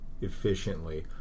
efficiently